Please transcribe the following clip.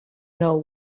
know